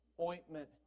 ointment